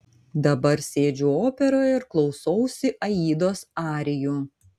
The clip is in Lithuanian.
dabar sėdžiu operoje ir klausausi aidos arijų